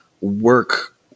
work